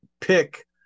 pick